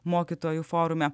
mokytojų forume